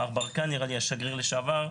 מר ברקן השגריר לשעבר,